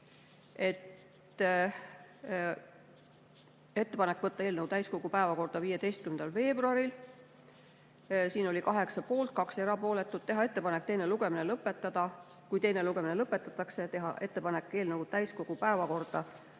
Ettepanek oli võtta eelnõu täiskogu päevakorda 15. veebruaril. Siin oli 8 poolt, 2 jäid erapooletuks. Teiseks, teha ettepanek teine lugemine lõpetada, kui teine lugemine lõpetatakse, teha ettepanek [võtta] eelnõu täiskogu päevakorda